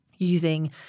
Using